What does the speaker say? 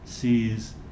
sees